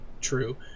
true